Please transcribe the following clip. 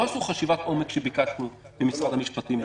לא עשו חשיבת עומק שביקשנו ממשרד המשפטים.